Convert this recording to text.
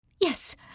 Yes